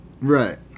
Right